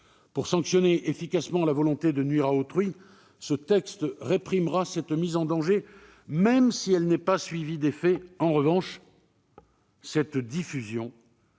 Pour sanctionner efficacement la volonté de nuire à autrui, le présent texte réprimera cette mise en danger, même si elle n'est pas suivie d'effet. En revanche, cette diffusion